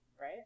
right